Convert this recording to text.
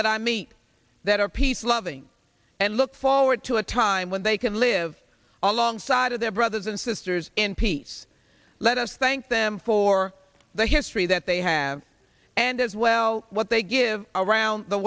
that i meet that are peace loving and look forward to a time when they can live alongside of their brothers and sisters in peace let us thank them for the history that they have and as well what they give around the